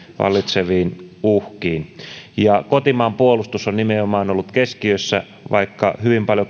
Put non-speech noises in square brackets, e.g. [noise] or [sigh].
vallitseviin uhkiin kotimaan puolustus on nimenomaan ollut keskiössä vaikka hyvin paljon [unintelligible]